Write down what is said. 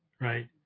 right